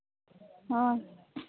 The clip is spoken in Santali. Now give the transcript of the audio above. ᱦᱚᱸ